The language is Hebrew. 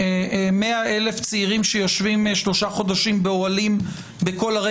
100,000 צעירים שיושבים שלושה חודשים באוהלים בכל ערי